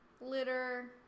litter